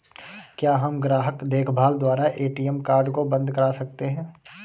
क्या हम ग्राहक देखभाल द्वारा ए.टी.एम कार्ड को बंद करा सकते हैं?